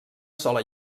sola